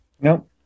no